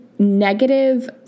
Negative